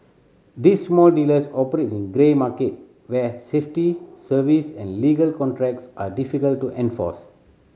these small dealers operate in grey market where safety service and legal contracts are difficult to enforce